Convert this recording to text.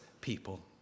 people